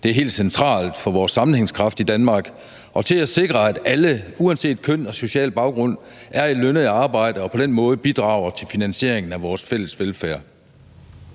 Det er helt centralt for vores sammenhængskraft i Danmark – og det er med til at sikre, at alle uanset køn og social baggrund er i lønnet arbejde og på den måde bidrager til finansieringen af vores fælles velfærd.